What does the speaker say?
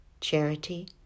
Charity